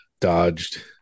dodged